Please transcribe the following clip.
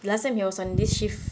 the last time he was on this shift